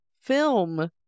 film